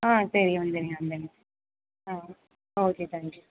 ஆ சரி வந்துருங்க வந்துருங்க ஆ ஓகே தேங்க் யூ